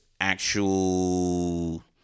actual